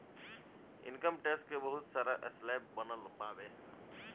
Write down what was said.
income tax के बहुत सारा स्लैब बनल बावे